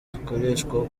zikoreshwa